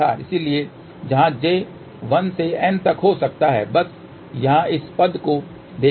इसलिए जहाँ j 1 से n तक हो सकता है बस यहाँ इस पद को देखें